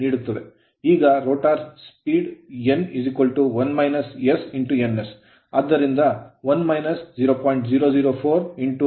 ಈಗ rotor speed ಎನ್1 S N S ಆದ್ದರಿಂದ 1 0